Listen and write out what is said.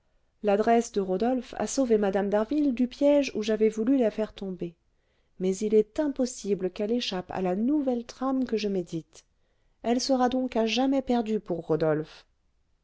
l'adresse de rodolphe a sauvé mme d'harville du piège où j'avais voulu la faire tomber mais il est impossible qu'elle échappe à la nouvelle trame que je médite elle sera donc à jamais perdue pour rodolphe